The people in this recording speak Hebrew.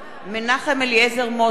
מנחם אליעזר מוזס,